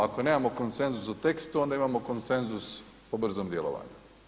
Ako nemamo konsenzus u tekstu, onda imamo konsenzus o brzom djelovanju.